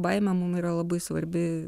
baimė mum yra labai svarbi